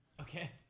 Okay